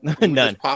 none